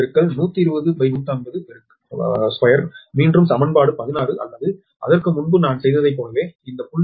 12 மீண்டும் சமன்பாடு 16 அல்லது அதற்கு முன்பு நான் செய்ததைப் போலவே இந்த 0